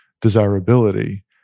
desirability